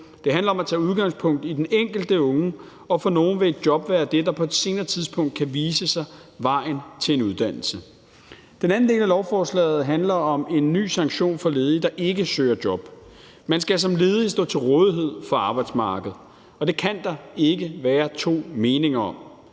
Det handler om at tage udgangspunkt i den enkelte unge, og for nogle vil et job være det, der på et senere tidspunkt kan vise sig at være vejen til en uddannelse. Den anden del af lovforslaget handler om en ny sanktion for ledige, der ikke søger job. Man skal som ledig stå til rådighed for arbejdsmarkedet, og det kan der ikke være to meninger om.